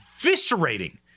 eviscerating